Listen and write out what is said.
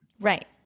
Right